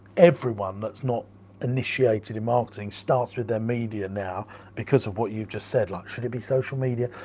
everyone that's not initiated in marketing starts with their media now because of what you've just said, like, should it be social media?